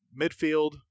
midfield